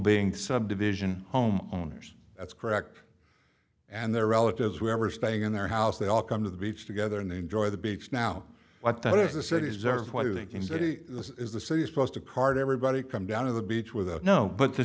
being subdivision homeowners that's correct and their relatives were ever staying in their house they all come to the beach together and they enjoy the beach now but that is the city's or why they can say this is the city supposed to card everybody come down to the beach with no but the